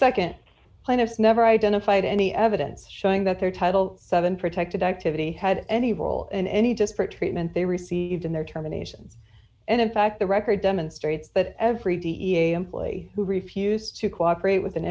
second plaintiff never identified any evidence showing that their title seven protected activity had any role in any just for treatment they received in their terminations and in fact the record demonstrates but every t e a employee who refused to cooperate with an